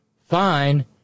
fine